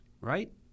right